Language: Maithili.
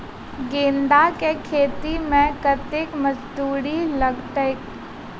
गेंदा केँ खेती मे कतेक मजदूरी लगतैक?